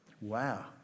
Wow